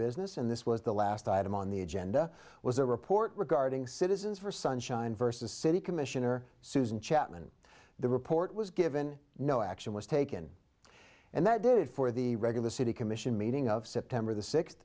business and this was the last item on the agenda was a report regarding citizens for sunshine versus city commissioner susan chatman the report was given no action was taken and that did it for the regular city commission meeting of september the six